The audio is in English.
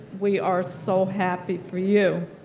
we are so happy for you.